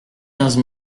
quinze